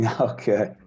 okay